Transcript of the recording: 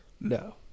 No